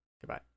Goodbye